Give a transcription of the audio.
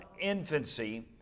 infancy